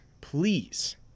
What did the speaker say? please